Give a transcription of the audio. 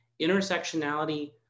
intersectionality